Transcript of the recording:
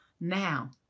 now